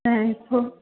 ऐं थोरो